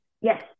yes